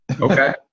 Okay